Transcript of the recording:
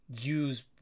use